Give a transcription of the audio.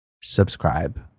subscribe